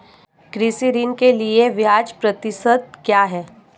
कृषि ऋण के लिए ब्याज प्रतिशत क्या है?